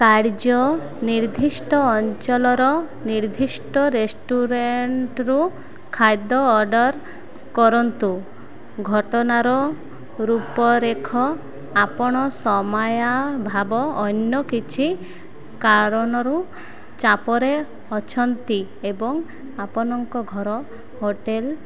କାର୍ଯ୍ୟ ନିର୍ଦ୍ଧିଷ୍ଟ ଅଞ୍ଚଳର ନିର୍ଦ୍ଧିଷ୍ଟ ରେଷ୍ଟୁରାଣ୍ଟ୍ରୁୁ ଖାଦ୍ୟ ଅର୍ଡ଼ର କରନ୍ତୁ ଘଟଣାର ରୂପ ରେଖ ଆପଣ ସମୟାଭାବ ଅନ୍ୟ କିଛି କାରଣରୁ ଚାପରେ ଅଛନ୍ତି ଏବଂ ଆପଣଙ୍କ ଘର ହୋଟେଲ୍